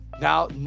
now